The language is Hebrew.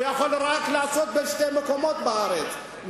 הוא יכול רק בשני מקומות בארץ.